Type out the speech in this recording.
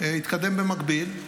התקדם במקביל,